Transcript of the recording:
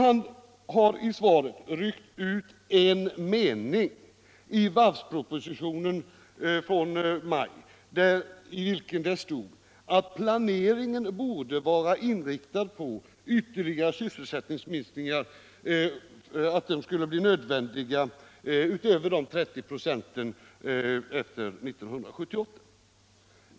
Han har där ryckt ut en mening från varvspropositionen i maj i vilken det står att planeringen borde vara inriktad på att ytterligare sysselsättningsminskningar kunde komma att bli nödvändiga efter 1978 utöver de 30 procenten.